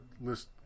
list